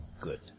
Good